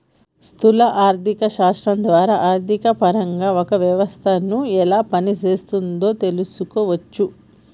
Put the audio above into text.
స్థూల ఆర్థిక శాస్త్రం ద్వారా ఆర్థికపరంగా ఒక వ్యవస్థను ఎలా పనిచేస్తోందో తెలుసుకోవచ్చు